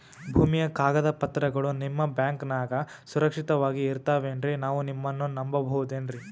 ಭೂಮಿಯ ಕಾಗದ ಪತ್ರಗಳು ನಿಮ್ಮ ಬ್ಯಾಂಕನಾಗ ಸುರಕ್ಷಿತವಾಗಿ ಇರತಾವೇನ್ರಿ ನಾವು ನಿಮ್ಮನ್ನ ನಮ್ ಬಬಹುದೇನ್ರಿ?